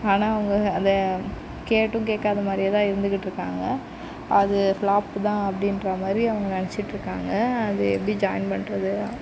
ஆனால் அவங்க அதை கேட்டும் கேட்காத மாதிரியே தான் இருந்துக்கிட்டுருக்காங்க அது ஃப்ளாப்பு தான் அப்படின்றாமாரி அவங்க நினச்சிட்ருக்காங்க அது எப்படி ஜாய்ன் பண்ணுறது